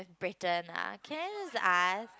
Britain ah can I just ask